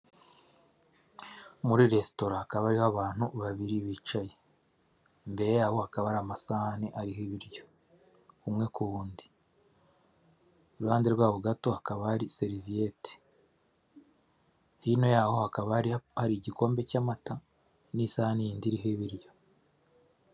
Muri resitora hakaba hariho abantu babiri bicaye. Imbere yaho hakaba hari amasahani ariho ibiryo umwe ku wundi. Iruhande rwabo gato hakaba hari seriviyeti. Hino yaho hakaba hari igikombe cy'amata n'isahani yindi iriho ibiryo.